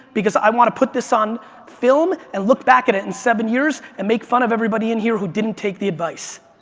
because i want to put this on film and look back at it in seven years and make fun of everybody in here who didn't take the advice.